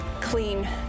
clean